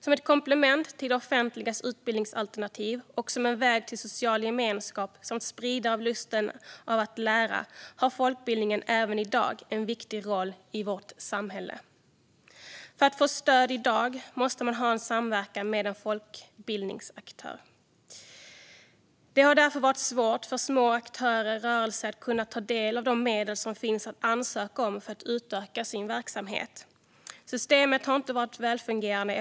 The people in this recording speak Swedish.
Som ett komplement till det offentligas utbildningsalternativ och som en väg till social gemenskap samt spridare av lusten att lära har folkbildningen även i dag en viktig roll i vårt samhälle. För att få stöd i dag måste man ha en samverkan med en folkbildningsaktör. Det har därför varit svårt för små aktörer och rörelser att kunna ta del av de medel som finns att ansöka om för att utöka sin verksamhet. Systemet har inte varit välfungerande.